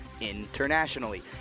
Internationally